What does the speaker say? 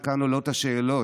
כאן עולות השאלות: